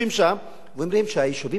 ואומרים שהיישובים שם הם לא מוכרים.